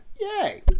yay